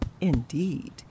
Indeed